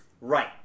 Right